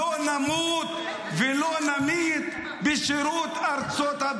רד, רד --- לך לדבר עם ג'יבריל רג'וב, החבר שלך,